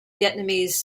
vietnamese